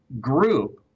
group